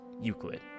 Euclid